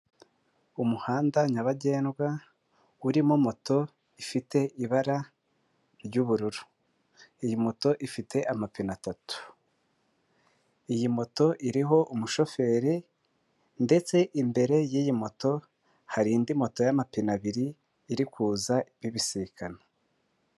Umuhanda nyabagendwa urimo moto ifite ibara ry'ubururu. Iyi moto ifite amapine atatu. Iyi moto iriho umushoferi, ndetse imbere y'iyi moto hari indi moto y'amapine abiri, iri kuza ibisikana.